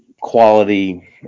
quality